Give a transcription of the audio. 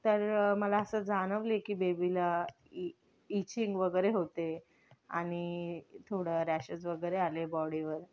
तर मला असं जाणवलं की बेबीला ईचींग वगैरे होते आणि थोडं रॅशेस वगैरे आले बॉडीवर